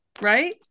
Right